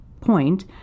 point